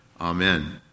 Amen